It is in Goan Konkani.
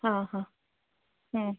हा हा